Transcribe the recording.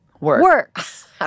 works